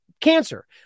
cancer